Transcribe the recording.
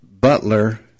butler